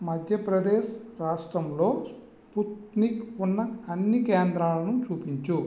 మధ్య ప్రదేశ్ రాష్ట్రంలో స్పుత్నిక్ ఉన్న అన్ని కేంద్రాలను చూపించు